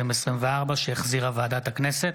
שהחזירה ועדת הכנסת.